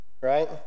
right